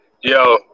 Yo